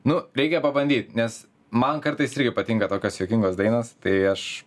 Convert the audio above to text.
nu reikia pabandyt nes man kartais irgi patinka tokios juokingos dainos tai aš